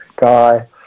guy